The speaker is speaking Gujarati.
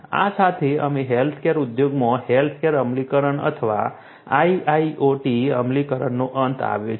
આ સાથે અમે હેલ્થકેર ઉદ્યોગમાં હેલ્થકેર અમલીકરણ અથવા IIoT અમલીકરણનો અંત આવ્યો છે